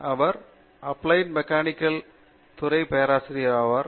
அவர் applied mechanics துறை பேராசிரியர் ஆவார்